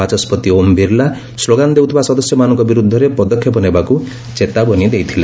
ବାଚସ୍କତି ଓମ୍ ବିର୍ଲା ସ୍କୋଗାନ ଦେଉଥିବା ସଦସ୍ୟମାନଙ୍କ ବିରୁଦ୍ଧରେ ପଦକ୍ଷେପ ନେବାକୁ ଚେତାବନୀ ଦେଇଥିଲେ